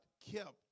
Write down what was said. kept